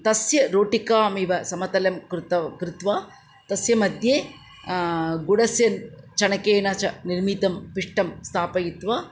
तस्य रोटिकामिव समतलं कृत कृत्वा तस्यमध्ये गुडस्य चणकेन च निर्मितं पिष्टं स्थापयित्वा